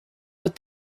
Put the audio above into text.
but